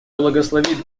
благословит